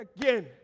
again